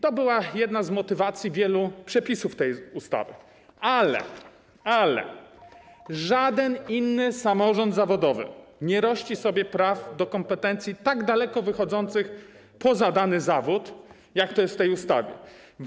To była jedna z motywacji wielu przepisów tej ustawy, ale żaden inny samorząd zawodowy nie rości sobie praw do kompetencji tak daleko wychodzących poza dany zawód, jak to jest w przypadku tej ustawy.